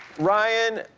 ryan,